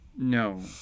No